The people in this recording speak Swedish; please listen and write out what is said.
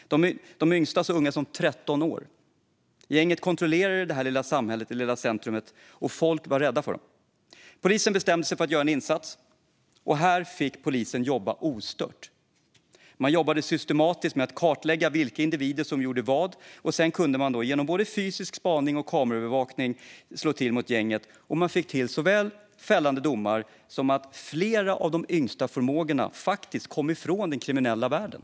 De yngsta var så unga som 13 år. Gänget kontrollerade det lilla centrumet, och folk var rädda för dem. Polisen bestämde sig för att göra en insats och fick här jobba ostört. Man jobbade systematiskt med att kartlägga vilka individer som gjorde vad och kunde sedan, genom både fysisk spaning och kameraövervakning, slå till mot gänget. Man fick till fällande domar, och flera av de yngsta förmågorna kom faktiskt bort från den kriminella världen.